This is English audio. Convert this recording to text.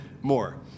more